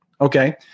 Okay